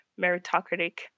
meritocratic